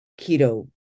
keto